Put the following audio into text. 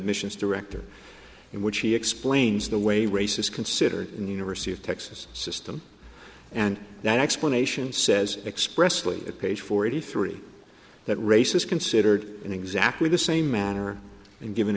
missions director in which he explains the way race is considered in the university of texas system and that explanation says expressly at page forty three that race is considered in exactly the same manner and given